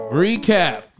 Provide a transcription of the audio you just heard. recap